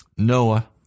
Noah